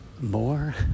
More